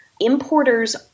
importers